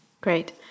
Great